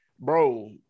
Bro